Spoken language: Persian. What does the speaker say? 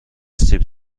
سیب